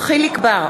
יחיאל חיליק בר,